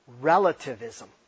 relativism